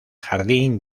jardín